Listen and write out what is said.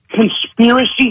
conspiracy